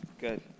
good